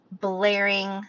blaring